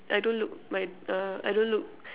I don't look my uh I don't look